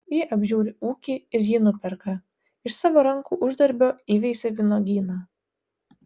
ji apžiūri ūkį ir jį nuperka iš savo rankų uždarbio įveisia vynuogyną